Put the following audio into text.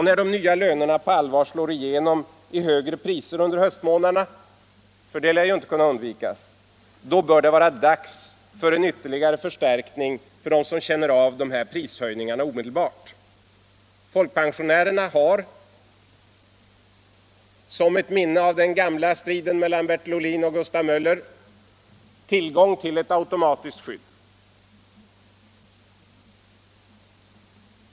När de nya lönerna på allvar slår igenom i högre priser under höstmånaderna — det lär inte kunna undvikas — bör det vara dags för en ytterligare förstärkning för dem som känner av dessa prishöjningar omedelbart. Folkpensionärerna har som ett minne av den gamla striden mellan Bertil Ohlin och Gustav Möller tillgång till ett automatiskt skydd.